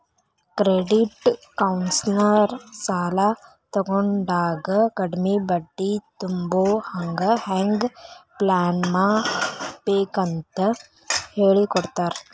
credit counsellor ಸಾಲಾ ತಗೊಂಡಾಗ ಕಡ್ಮಿ ಬಡ್ಡಿ ತುಂಬೊಹಂಗ್ ಹೆಂಗ್ ಪ್ಲಾನ್ಮಾಡ್ಬೇಕಂತ್ ಹೆಳಿಕೊಡ್ತಾರ